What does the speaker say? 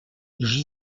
j’y